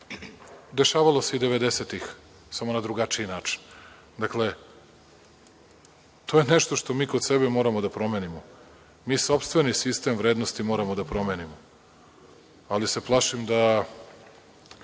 Dešavalo se i devedesetih, ali na drugačiji način. To je nešto što mi kod sebe moramo da promenimo. Mi sopstveni sistem vrednosti moramo da promenimo, ali se plašim da